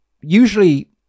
usually